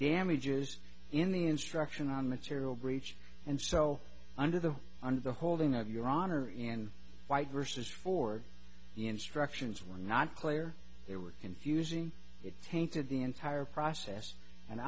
damages in the instruction on material breach and so under the under the holding of your honor in white vs for the instructions were not clear there were confusing it tainted the entire process and